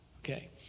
Okay